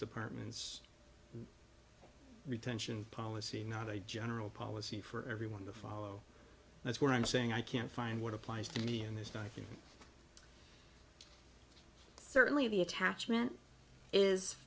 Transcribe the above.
department's retention policy not a general policy for everyone to follow that's what i'm saying i can't find what applies to me in this document certainly the attachment is